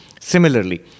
Similarly